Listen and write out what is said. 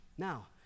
Now